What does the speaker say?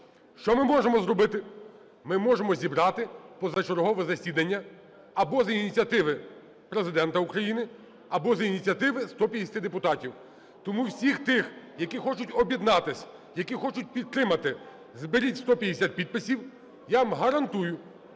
Що ми можемо зробити? Ми можемо зібрати позачергове засідання або за ініціативи Президента України, або за ініціативи 150 депутатів. Тому всіх тих, які хочуть об'єднатись, які хочуть підтримати, зберіть 150 підписів. Я вам гарантую,